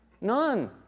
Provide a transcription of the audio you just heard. None